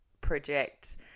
project